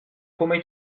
come